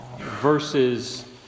verses